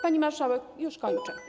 Pani marszałek, już kończę.